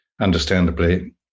understandably